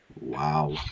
Wow